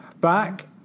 Back